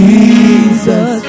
Jesus